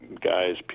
guys